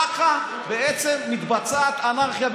ככה בעצם מתבצעת אנרכיה במדינה.